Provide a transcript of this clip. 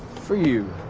for you,